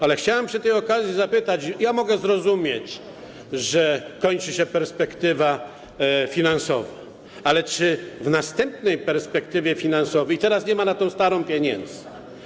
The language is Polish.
Ale chciałem przy tej okazji zapytać, mogę zrozumieć, że kończy się perspektywa finansowa, ale czy w następnej perspektywie finansowej, teraz nie ma na tę starą pieniędzy.